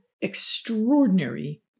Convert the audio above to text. extraordinary